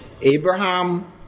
Abraham